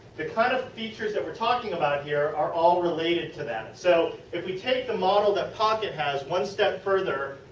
the kind of features that we are talking about here are all related to that. so, if we take the model that pocket has one step further.